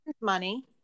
money